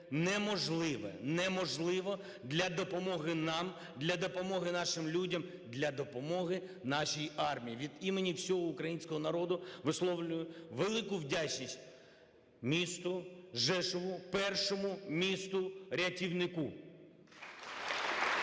неможливе – неможливе для допомоги нам, для допомоги нашим людям, для допомоги нашій армії. Від імені всього українського народу висловлюю велику вдячність місту Жешуву – першому місту рятівнику. Дуже